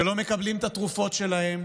שלא מקבלים את התרופות שלהם,